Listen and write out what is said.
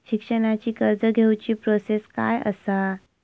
शिक्षणाची कर्ज घेऊची प्रोसेस काय असा?